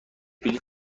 بلیط